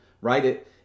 right